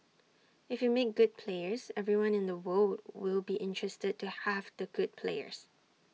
if you make good players everyone in the world will be interested to have the good players